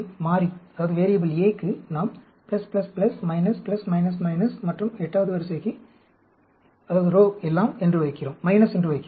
மாறி A க்கு நாம் மற்றும் 8 வது வரிசைக்கு எல்லாம் - என்று வைக்கிறோம்